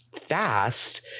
fast